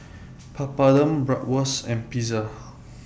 Papadum Bratwurst and Pizza